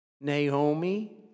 Naomi